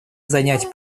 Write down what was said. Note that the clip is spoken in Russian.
занять